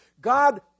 God